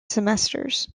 semesters